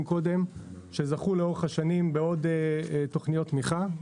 קודם שזכו לאורך השנים בעוד תוכניות תמיכה.